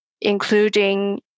including